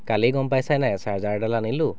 কালি গম পাইছা নাই চাৰ্জাৰ এডাল আনিলোঁ